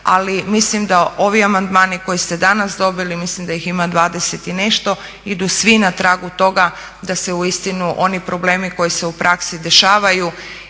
Ali mislim da ovi amandmani koje ste danas dobili, mislim da ih ima 20 i nešto idu svi na tragu toga da se uistinu oni problemi koji se u praksi dešavaju